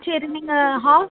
சரி நீங்கள் ஹாஸ்